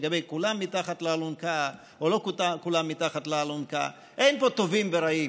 לגבי כולם מתחת לאלונקה או לא כולם מתחת לאלונקה: אין פה טובים ורעים,